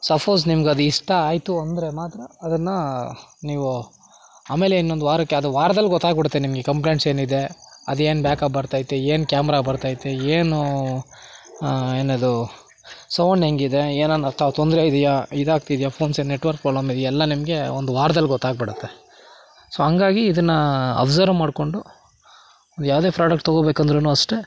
suppose ನಿಮ್ಗದು ಇಷ್ಟ ಆಯಿತು ಅಂದರೆ ಮಾತ್ರ ಅದನ್ನು ನೀವು ಆಮೇಲೆ ಇನ್ನೊಂದು ವಾರಕ್ಕೆ ಅದು ವಾರ್ದಲ್ಲಿ ಗೊತ್ತಾಗಿಬಿಡತ್ತೆ ನಿಮಗೆ ಕಂಪ್ಲೆಂಟ್ಸ್ ಏನಿದೆ ಅದೇನು ಬ್ಯಾಕಪ್ ಬರ್ತೈತೆ ಏನು ಕ್ಯಾಮ್ರ ಬರ್ತೈತೆ ಏನು ಏನದು ಸೌಂಡ್ ಹೆಂಗಿದೆ ಏನಾನ ತೊಂದರೆ ಇದೆಯಾ ಇದಾಗ್ತಿದ್ಯಾ ಫೋನ್ಸ್ ಏನು ನೆಟ್ವರ್ಕ್ ಪ್ರೋಬ್ಲಮ್ ಇದೆಯಾ ಎಲ್ಲ ನಿಮಗೆ ಒಂದು ವಾರ್ದಲ್ಲಿ ಗೊತ್ತಾಗ್ಬಿಡತ್ತೆ ಸೊ ಹಂಗಾಗಿ ಇದನ್ನು ಅಬ್ಸರ್ವ್ ಮಾಡಿಕೊಂಡು ಯಾವುದೇ ಫ್ರೋಡಕ್ಟ್ ತೊಗೊಬೇಕಂದ್ರು ಅಷ್ಟೆ